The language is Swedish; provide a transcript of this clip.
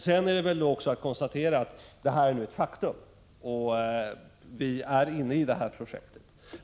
Sedan är det att konstatera att detta projekt är ett faktum och att vi är inne i det.